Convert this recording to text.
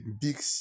big